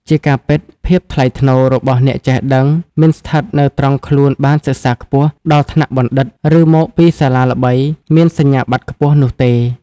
ជាការពិត ភាពថ្លៃថ្នូរ របស់អ្នកចេះដឹង មិនស្ថិតនៅត្រង់ខ្លួនបានសិក្សាខ្ពស់ ដល់ថ្នាក់បណ្ឌិត ឬមកពីសាលាល្បី មានសញ្ញាបត្រខ្ពស់ នោះទេ។